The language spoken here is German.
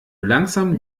langsam